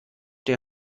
der